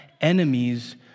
enemies